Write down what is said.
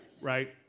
right